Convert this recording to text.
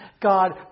God